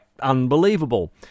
unbelievable